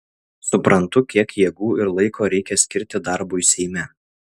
suprantu kiek jėgų ir laiko reikia skirti darbui seime